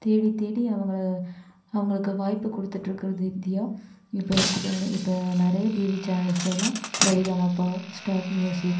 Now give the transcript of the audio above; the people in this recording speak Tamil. தேடித்தேடி அவங்களை அவர்களுக்கு வாய்ப்பு கொடுத்துட்ருக்குறது இந்தியா இப்போ எடுத்துக்கோங்களேன் இப்போ நிறைய டிவி சேனல்ஸ்லையெல்லாம் சரிகமப ஸ்டார்ட் ம்யூசிக்